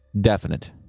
definite